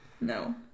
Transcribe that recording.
No